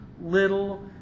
little